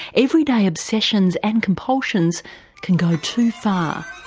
every day obsessions and compulsions can go too far.